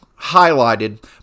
highlighted